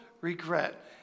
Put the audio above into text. regret